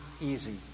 easy